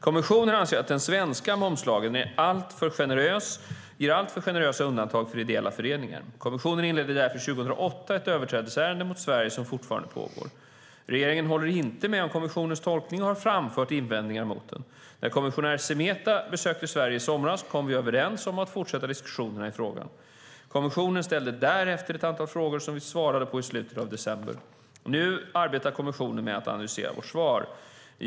Kommissionen anser att den svenska momslagen har ett alltför generöst undantag för ideella föreningar. Kommissionen inledde därför 2008 ett överträdelseärende mot Sverige som fortfarande pågår. Regeringen håller inte med om kommissionens tolkning och har framfört invändningar mot den. När kommissionär Semeta besökte Sverige i somras kom vi överens om att fortsätta diskussionerna i frågan. Kommissionen ställde därefter ett antal frågor som vi svarade på i slutet av december, och nu arbetar kommissionen med att analysera vårt svar.